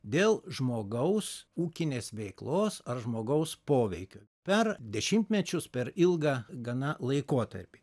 dėl žmogaus ūkinės veiklos ar žmogaus poveikio per dešimtmečius per ilgą gana laikotarpį